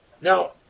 Now